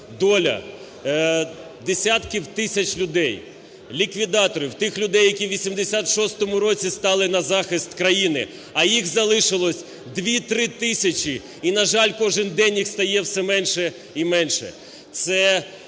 доля десятків тисяч людей, ліквідаторів, тих людей, які в 86-му році стали на захист країни, а їх залишилось 2-3 тисячі, і, на жаль, кожен день їх стає все менше і менше.